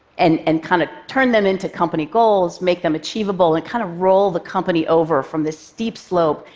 and and kind of turn them into company goals, make them achievable, and kind of roll the company over from this steep slope,